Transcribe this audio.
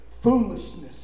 foolishness